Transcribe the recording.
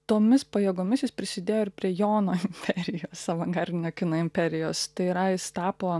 tomis pajėgomis jis prisidėjo ir prie jono imperijos avangardinio kino imperijos tai yra jis tapo